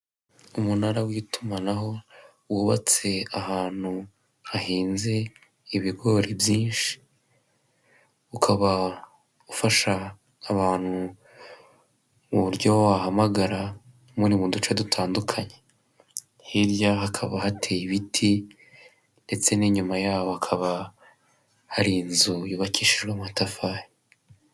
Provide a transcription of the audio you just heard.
Umunara w'itumanaho wubatse ahantu hahinze ibigori byinshi, ukaba ufasha abantu mu buryo wahamagara muri mu duce dutandukanye, hirya hakaba hateye ibiti ndetse n'inyuma yaho hakaba hari inzu yubakishijwe amatafari.